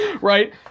right